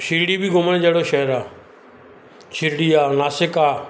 शिरडी बि घुमण जो शहरु आहे शिरडी आहे नासिक आहे